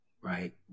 right